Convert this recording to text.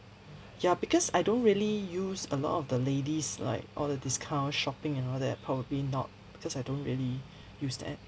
ya because I don't really use a lot of the ladies' like all the discount shopping and all that probably not cause I don't really use that